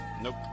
Nope